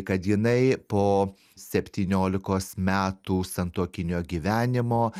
kad jinai po septyniolikos metų santuokinio gyvenimo